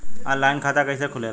Online खाता कइसे खुलेला?